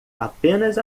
apenas